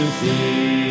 see